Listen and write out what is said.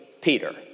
Peter